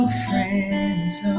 friends